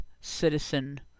citizen